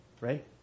right